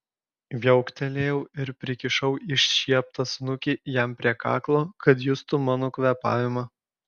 viauktelėjau ir prikišau iššieptą snukį jam prie kaklo kad justų mano kvėpavimą